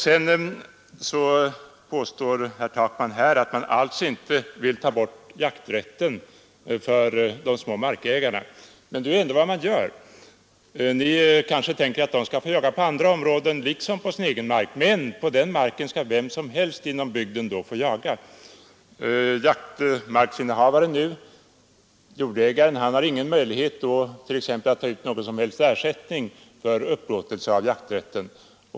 Sedan påstår herr Takman att man alls inte vill ta bort jakträtten för de små markägarna. Men det är ändå vad man föreslår. Ni kanske tänker att de skall få jaga på andra områden där vem som helst inom bygden då får jaga. Markägaren skulle inte få någon möjlighet att som nu ta ut någon som helst ersättning för upplåtelse av jakträtten.